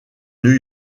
new